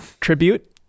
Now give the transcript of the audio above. Tribute